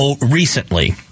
recently